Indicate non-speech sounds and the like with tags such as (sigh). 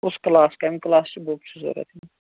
کُس کٕلاس کَمہِ کٕلاسچہِ بُک چھِ ضوٚرَتھ (unintelligible)